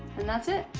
and that's it.